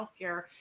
healthcare